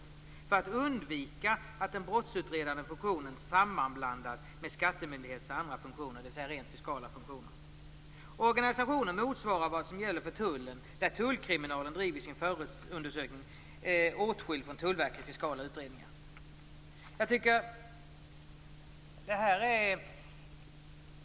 Detta görs för att undvika att den brottsutredande funktionen sammanblandas med skattemyndigheternas andra funktioner, dvs. de rent fiskala funktionerna. Organisationen motsvarar vad som gäller för tullen, där tullkriminalen driver sin förundersökning åtskild från Tullverkets fiskala utredningar.